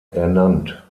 ernannt